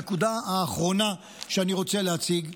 הנקודה האחרונה שאני רוצה להציג,